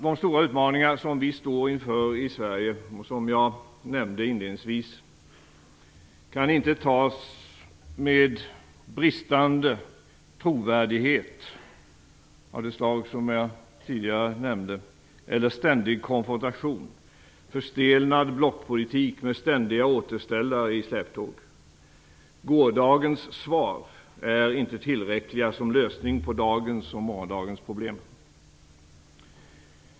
De stora utmaningar vi står inför i Sverige, och som jag nämnde inledningsvis, kan inte mötas med bristande trovärdighet av det slag jag tidigare nämnde eller med ständig konfrontation - förstelnad blockpolitik med ständiga återställare i släptåg. Gårdagens svar är inte tillräckliga som lösning på dagens och morgondagens problem.